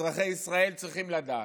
אזרחי ישראל צריכים לדעת,